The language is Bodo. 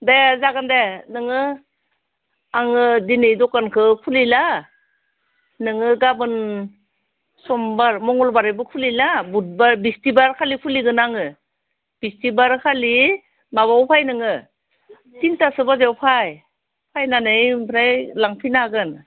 दे जागोन दे नोङो आङो दिनै दखानखौ खुलिला नोङो गाबोन समबार मंगलबारैबो खुलिला बुधबार बिस्तिबार खालि खुलिगोन आङो बिस्तिबार खालि माबायाव फै नोङो थिनथासो बाजियाव फाइ फाइनानै ओमफ्राय लांफैनो हागोन